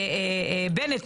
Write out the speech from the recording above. בנט,